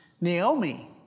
Naomi